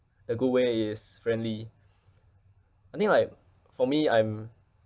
the good way is friendly I think like for me I'm